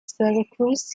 syracuse